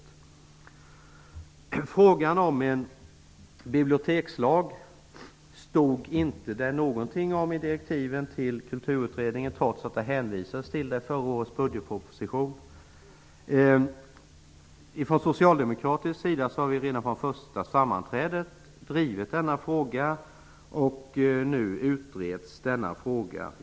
Det stod ingenting om en bibliotekslag i direktiven till Kulturutredningen, trots att det hänvisades till den frågan i förra årets budgetproposition. Från socialdemokratisk sida har vi från och med det första sammanträdet drivit denna fråga, och den utreds nu.